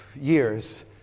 years